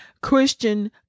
Christian